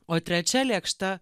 o trečia lėkšta